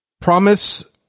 promise